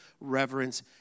reverence